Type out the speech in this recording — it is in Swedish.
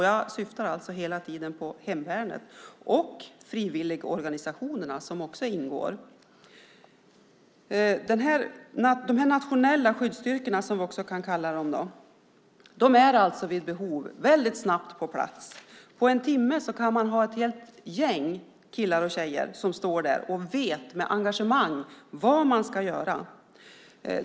Jag syftar på hemvärnet och frivilligorganisationerna, som också ingår. De här nationella skyddsstyrkorna, som vi också kan kalla dem, är vid behov väldigt snabbt på plats. På en timme kan man ha på plats ett helt gäng killar och tjejer med engagemang som vet vad de ska göra.